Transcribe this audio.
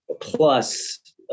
plus